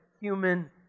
human